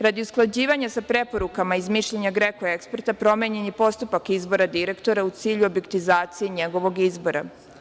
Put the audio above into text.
Radi usklađivanja sa preporukama iz mišljenja GREKO eksperta promenjen je postupak izbora direktora u cilju objektizacije njegovog izbora.